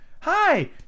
Hi